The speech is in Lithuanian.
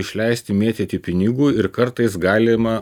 išleisti mėtyti pinigų ir kartais galima